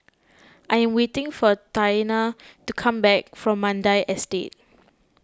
I am waiting for Taina to come back from Mandai Estate